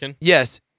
Yes